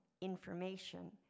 information